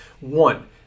one